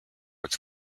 its